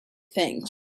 things